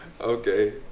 Okay